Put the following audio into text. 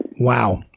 Wow